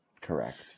correct